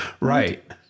Right